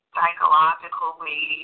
psychologically